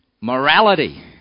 morality